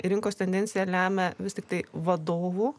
rinkos tendenciją lemia vis tiktai vadovų